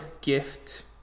gift